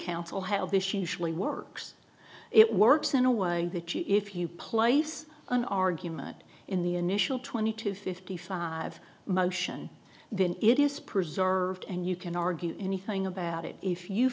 usually works it works in a way that if you place an argument in the initial twenty to fifty five motion then it is preserved and you can argue anything about it if you